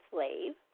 Slave